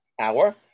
hour